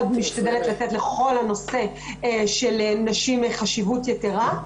משתדלת לתת לכל הנושא של נשים חשיבות יתרה,